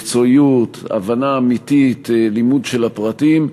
מקצועיות, הבנה אמיתית, לימוד של הפרטים,